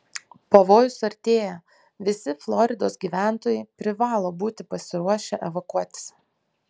pavojus artėja visi floridos gyventojai privalo būti pasiruošę evakuotis